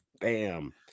bam